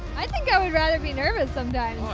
i think i would rather be nervous sometimes.